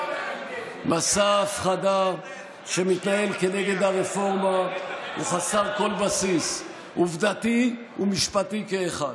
מסע ההפחדה שמתנהל נגד הרפורמה הוא חסר כל בסיס עובדתי ומשפטי כאחד.